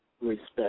respect